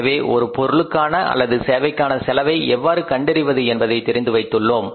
எனவே ஒரு பொருளுக்கான அல்லது சேவைக்கான செலவை எவ்வாறு கண்டறிவது என்பதை தெரிந்து வைத்துள்ளோம்